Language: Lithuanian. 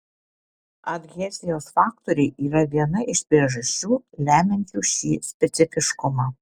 adhezijos faktoriai yra viena iš priežasčių lemiančių šį specifiškumą